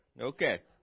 Okay